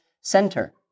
center